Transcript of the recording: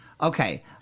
Okay